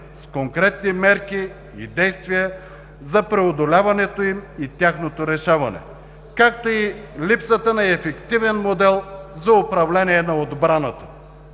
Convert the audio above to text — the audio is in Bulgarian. с конкретни мерки и действия за преодоляването им и тяхното решаване, както и липсата на ефективен модел за управление на отбраната.